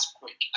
quick